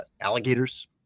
alligators